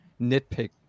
nitpick